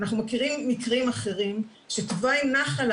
אנחנו מכירים מקרים אחרים שתוואי נחל,